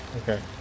Okay